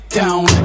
down